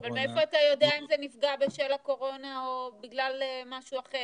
אבל מאיפה אתה יודע אם זה נפגע בשל הקורונה או בגלל משהו אחר?